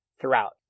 throughout